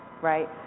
right